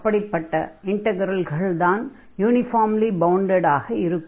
அப்படிப்பட்ட இன்ட்கரல்கள்தான் யூனிஃபார்ம்லி பவுண்டடாக இருக்கும்